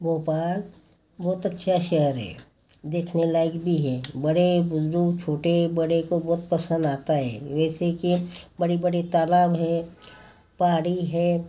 भोपाल बहुत अच्छा शहर है देखने लायक भी है बड़े छोटे बड़े को बहुत पसंद आता हे ऐसे की बड़ी बड़ी तालाब है पहाड़ी है